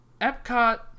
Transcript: Epcot